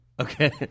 Okay